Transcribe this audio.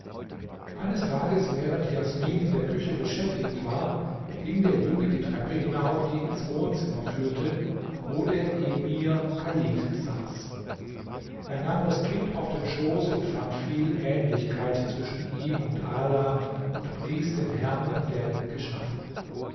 eines tages während jasmin in der küche beschäftigt war ging der junge die treppe hinauf die ins wohnzimmer führte wo der emir chalid saß er nahm das kind auf den schoß und fand viel ähnlichkeit zwischen ihm und ala und pries den herrn der ihn geschaffen